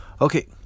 Okay